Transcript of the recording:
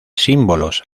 símbolos